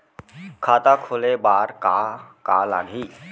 खाता खोले बार का का लागही?